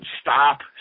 stop